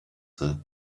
her